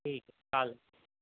ठीक चालेल